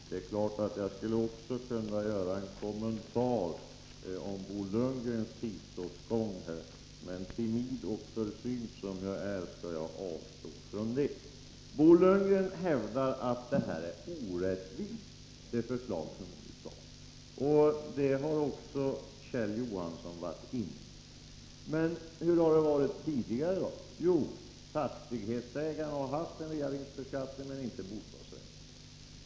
Det är klart att jag också skulle kunna göra en kommentar till tidsåtgången för Bo Lundgrens anförande, men timid och försynt som jag är skall jag avstå från det. Bo Lundgren hävdar att förslaget är orättvist, och det har även Kjell Johansson varit inne på. Men hur har det varit tidigare då? Jo, fastighetsägarna har haft en reavinstbeskattning men inte innehavarna av bostadsrätter.